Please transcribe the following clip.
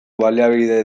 baliabide